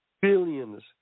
Billions